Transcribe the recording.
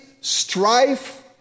strife